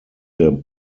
der